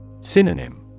Synonym